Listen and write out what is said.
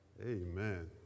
amen